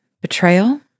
Betrayal